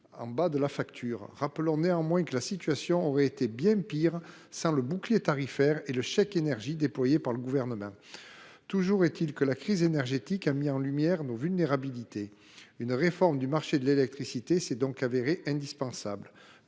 en bas de leur facture. Rappelons néanmoins que la situation aurait été bien pire sans le bouclier tarifaire et le chèque énergie déployés par le Gouvernement. Toujours est il que la crise énergétique a mis en lumière nos vulnérabilités. Une réforme du marché de l’électricité s’est donc révélée indispensable.